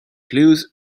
clues